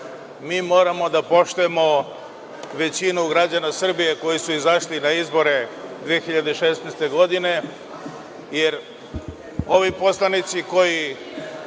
moramo da poštujemo većinu građana Srbije koji su izašli na izbore 2016. godine jer ovi poslanici koji